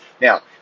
Now